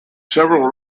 several